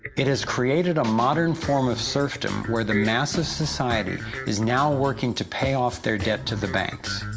it has created a modern form of serfdom where the mass of society is now working to pay off their debt to the banks.